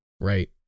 right